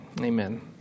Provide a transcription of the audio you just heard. Amen